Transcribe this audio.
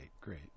great